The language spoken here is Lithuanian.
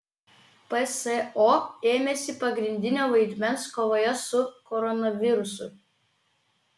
pso ėmėsi pagrindinio vaidmens kovoje su koronavirusu